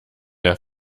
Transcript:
der